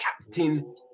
Captain